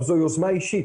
אבל זו יוזמה אישית.